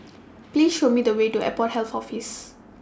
Please Show Me The Way to Airport Health Office